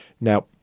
Now